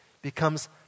becomes